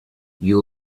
you